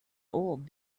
old